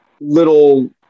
little